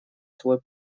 свой